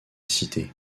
cité